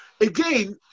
again